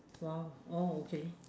!wow! oh okay